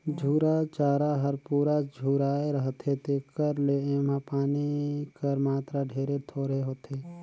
झूरा चारा हर पूरा झुराए रहथे तेकर ले एम्हां पानी कर मातरा ढेरे थोरहें होथे